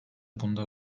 bunda